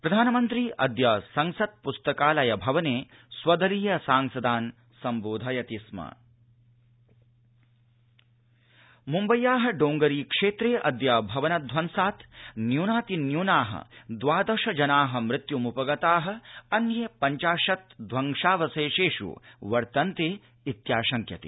प्रधानमन्त्री अद्य संसत्प्स्तकालय भवने स्वदलीय सांसदान् संबोधयति स्मा मम्बईभवनपात मुम्बय्या डोंगरी क्षेत्रे अद्य भवनध्वंसात् न्यूनातिन्न्यूना द्वादश जना मृत्युमुपगता अन्ये पञ्चाशत् ध्वंसावशेषेषु वर्तन्ते इत्याशङ्क्यते